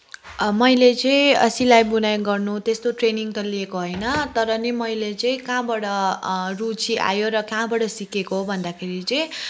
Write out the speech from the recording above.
मैले चाहिँ सिलाइबुनाइ गर्नु त्यस्तो ट्रेनिङ त लिएको होइन तर पनि मैले चाहिँ कहाँबाट रुचि आयो र कहाँबाट सिकेको भन्दाखेरि चाहिँ